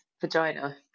vagina